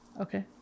okay